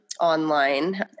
online